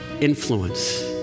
influence